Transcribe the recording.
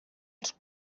els